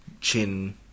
chin